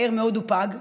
מהר מאוד הוא פג,